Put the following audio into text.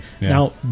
Now